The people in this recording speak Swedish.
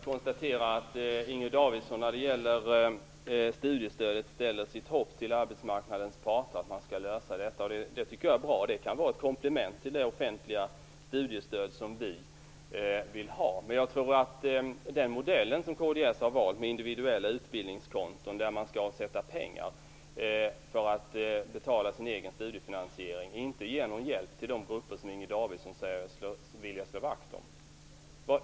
Fru talman! Jag konstaterar att Inger Davidson ställer sitt hopp till arbetsmarknadens parter att lösa frågan om studiestödet. Det tycker jag är bra. Det kan vara ett komplement till det offentliga studiestöd som vi vill ha. Men jag tror att den modell som kds har valt med individuella utbildningskonton, där man skall avsätta pengar för att klara sin egen studiefinansiering, inte ger någon hjälp till de grupper som Inger Davidson säger sig vilja slå vakt om.